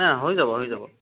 না হৈ যাব হৈ যাব